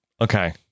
Okay